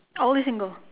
only single